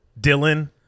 Dylan